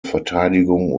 verteidigung